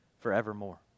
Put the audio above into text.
forevermore